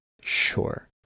Sure